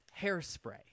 hairspray